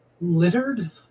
littered